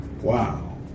Wow